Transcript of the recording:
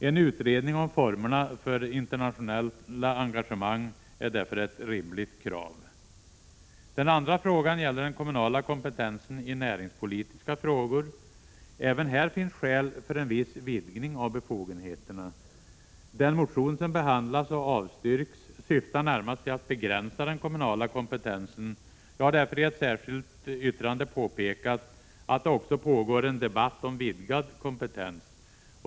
En utredning om formerna för internationella engagemang är därför ett rimligt krav. Den andra frågan gäller den kommunala kompetensen i näringspolitiska frågor. Även här finns skäl för en viss vidgning av befogenheterna. Den motion som behandlas och avstyrks syftar närmast till att begränsa den kommunala kompetensen. Jag har därför i ett särskilt yttrande påpekat att det också pågår en debatt om vidgad kompetens.